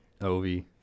Ovi